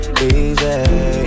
easy